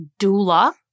doula